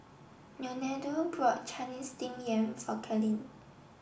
Leonardo bought Chinese Steamed Yam for Kailyn